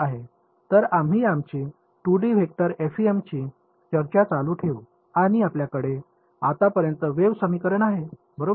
तर आम्ही आमची 2 डी वेक्टर एफईएम ची चर्चा चालू ठेवू आणि आपल्याकडे आतापर्यंत वेव्ह समीकरण आहे बरोबर